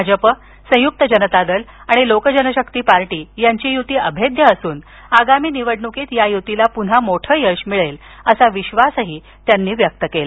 भाजप संयुक्त जनतादल आणि लोकजनशक्ती पार्टी यांची युती अभेद्य असून आगामी निवडणुकीत या युतीला पुन्हा मोठ यश मिळेल असा विश्वासही त्यांनी या वेळी व्यक्त केला